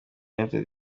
united